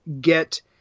get